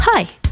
Hi